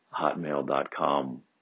hotmail.com